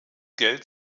geld